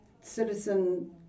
citizen